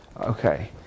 Okay